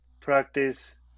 practice